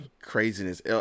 craziness